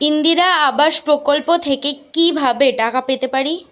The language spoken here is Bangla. ইন্দিরা আবাস প্রকল্প থেকে কি ভাবে টাকা পেতে পারি?